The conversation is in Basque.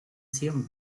zion